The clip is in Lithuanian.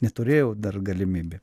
neturėjau dar galimybė